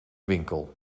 winkel